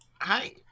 Hi